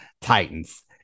Titans